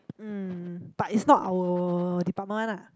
um but it's not our department one lah